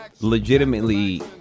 legitimately